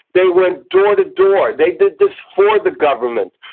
they went door to door, they did this for the government.